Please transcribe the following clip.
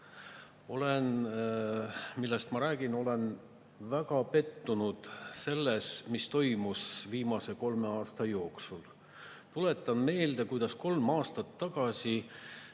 Millest ma räägin? Olen väga pettunud selles, mis on toimunud viimase kolme aasta jooksul. Tuletan meelde, kuidas kolm aastat tagasi